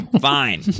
Fine